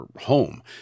home